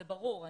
זה ברור.